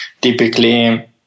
Typically